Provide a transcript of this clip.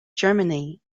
germany